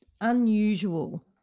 unusual